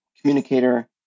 communicator